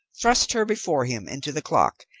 thrust her before him into the clock,